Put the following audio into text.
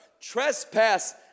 trespass